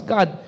God